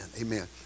amen